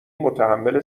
متحمل